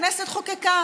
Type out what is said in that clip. הכנסת חוקקה,